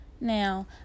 now